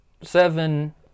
seven